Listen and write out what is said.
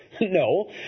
No